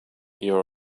your